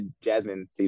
Jasmine